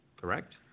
correct